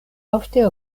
ofte